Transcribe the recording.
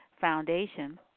Foundation